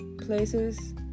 places